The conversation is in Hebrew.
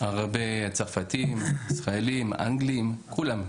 הרבה צרפתים, ישראלים, אנגלים, כולם.